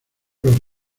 los